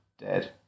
dead